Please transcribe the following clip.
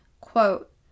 quote